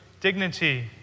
dignity